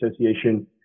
Association